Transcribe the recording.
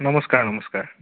নমস্কাৰ নমস্কাৰ